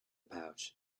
pouch